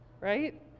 right